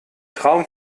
traum